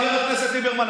חבר הכנסת ליברמן,